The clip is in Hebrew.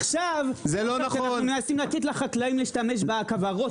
ועכשיו כשאנחנו מנסים לתת לחקלאים להשתמש בכוורות